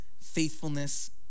faithfulness